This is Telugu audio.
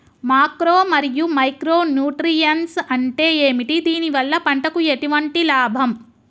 మాక్రో మరియు మైక్రో న్యూట్రియన్స్ అంటే ఏమిటి? దీనివల్ల పంటకు ఎటువంటి లాభం?